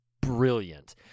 brilliant